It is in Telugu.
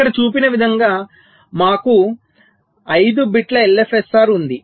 ఇక్కడ చూపిన విధంగా మాకు 5 బిట్ LFSR ఉంది